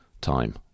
time